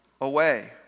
away